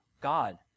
God